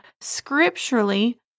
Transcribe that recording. scripturally